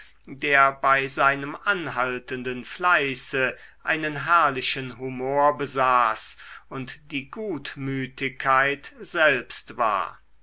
der bei seinem anhaltenden fleiße einen herrlichen humor besaß und die gutmütigkeit selbst war